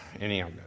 anyhow